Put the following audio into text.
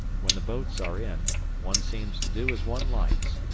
when the boats are in, one seems to do as one likes,